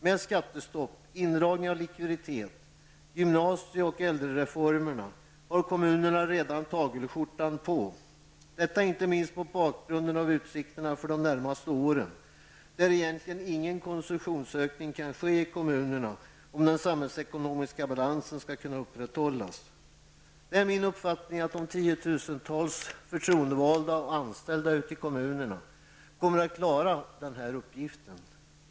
Fenom skattestopp, indragning av likviditet och gymnasie och äldrereformerna har kommunerna redan tagelskjortan på -- detta inte minst mot bakgrund av utsikterna för de närmaste åren, då egentligen ingen konsumtionsökning kan ske i kommunerna om den samhällsekonomiska balansen skall kunna upprätthållas. Det är min uppfattning att de tiotusentals förtroendevalda och anställda ute i kommunerna kommer att klara den uppgiften.